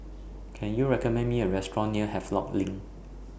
Can YOU recommend Me A Restaurant near Havelock LINK